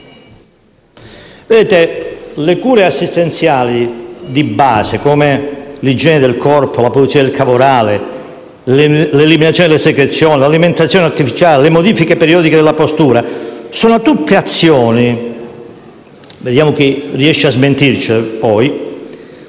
Vedete, le cure assistenziali di base, come l'igiene del corpo, la pulizia del cavo orale, l'eliminazione delle secrezioni, l'alimentazione artificiale, le modifiche periodiche della postura sono tutte azioni - e vediamo chi riesce a smentirci -